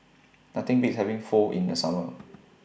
Nothing Beats having Pho in The Summer